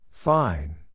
Fine